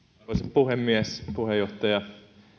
puhemies puheenjohtaja